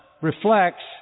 reflects